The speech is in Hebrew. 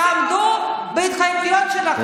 תעמדו בהתחייבויות שלכם.